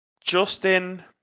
Justin